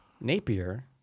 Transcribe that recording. Napier